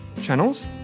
channels